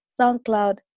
SoundCloud